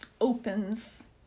opens